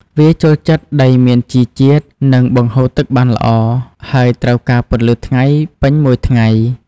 វាចូលចិត្តដីមានជីជាតិ និងបង្ហូរទឹកបានល្អ ហើយត្រូវការពន្លឺថ្ងៃពេញមួយថ្ងៃ។